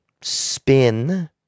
spin